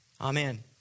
Amen